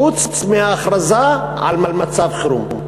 חוץ מההכרזה על מצב חירום.